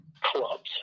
clubs